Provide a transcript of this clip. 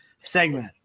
segment